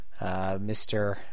Mr